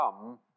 come